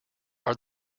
are